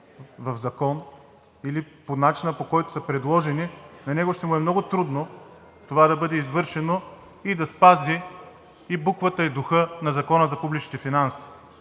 в закон, или по начина, по който са предложени, на него ще му е много трудно това да бъде извършено и да спази и буквата, и духа на Закона за публичните финанси.